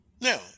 now